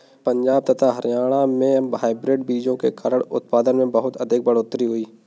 पंजाब तथा हरियाणा में हाइब्रिड बीजों के कारण उत्पादन में बहुत अधिक बढ़ोतरी हुई